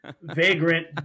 vagrant